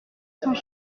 cents